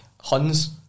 Huns